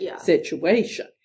situation